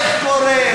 איך קורה,